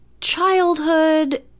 childhood